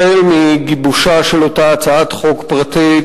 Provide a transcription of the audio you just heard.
החל בגיבושה של אותה הצעת חוק פרטית,